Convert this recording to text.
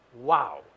Wow